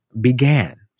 began